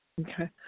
Okay